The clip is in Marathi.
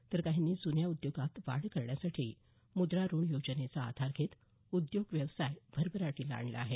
तर काहींनी जुन्या उद्योगात वाढ करण्यासाठी मुद्रा ऋण योजनेचा आधार घेत उद्योग व्यवसाय भरभराटीला आणला आहे